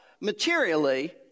materially